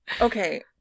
Okay